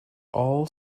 all